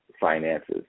finances